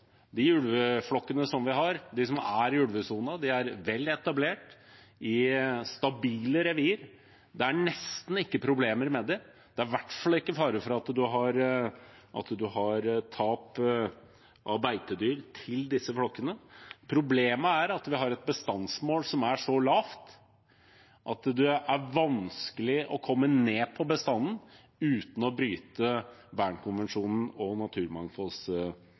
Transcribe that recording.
De ulveflokkene vi har, de som er i ulvesonen, er vel etablert i stabile revir. Det er nesten ikke problemer med dem. Det er i hvert fall ikke fare for tap av beitedyr til disse flokkene. Problemet er at vi har et bestandsmål som er så lavt at det er vanskelig å komme ned på bestanden uten å bryte Bernkonvensjonen og